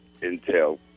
Intel